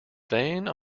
vane